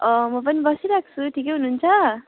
म पनि बसिरहेको छु ठिकै हुनुहुन्छ